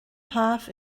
half